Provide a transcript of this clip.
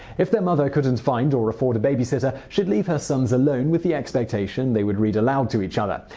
if their mother couldn't find or couldn't afford a babysitter, she'd leave her sons alone with the expectation they would read aloud to each other.